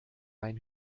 rein